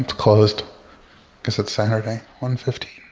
and closed because it's saturday. one fifteen.